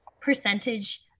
percentage